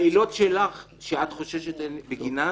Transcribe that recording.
העילות שלך, שאת חוששת בגינן